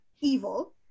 evil